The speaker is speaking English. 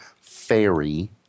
Fairy